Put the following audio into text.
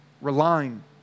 relying